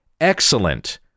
excellent